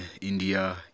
India